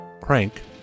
crank